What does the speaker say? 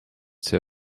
see